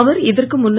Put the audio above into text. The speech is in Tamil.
அவர் இதற்கு முன்னர்